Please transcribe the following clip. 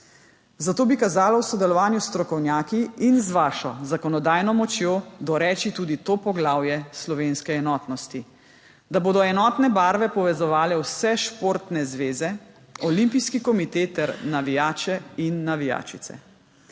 Zato bi kazalo v sodelovanju s strokovnjaki in z vašo zakonodajno močjo doreči tudi to poglavje slovenske enotnosti, da bodo enotne barve povezovale vse športne zveze, Olimpijski komite ter navijače in navijačice.